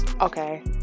Okay